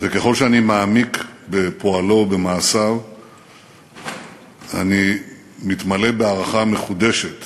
וככל שאני מעמיק בפועלו ובמעשיו אני מתמלא בהערכה מחודשת